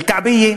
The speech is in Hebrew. אל-כעביה,